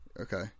Okay